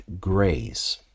grace